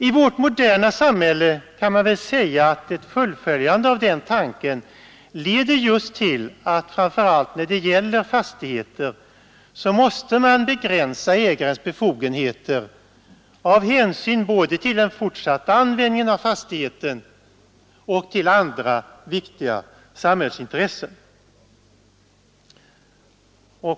I vårt moderna samhälle kan man säga att ett fullföljande av den tankegången leder just till att man framför allt när det gäller fastigheter måste begränsa ägarens befogenheter av hänsyn både till den fortsatta användningen av fastigheten och till andra viktiga samhällsintressen.